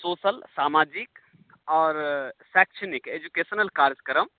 social समाजिक आओर शैक्षणिक एजूकेशनल कार्यक्रम